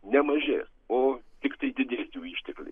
nemažės o tiktai didės jų ištekliai